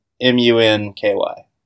M-U-N-K-Y